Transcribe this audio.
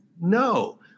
No